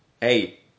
Hey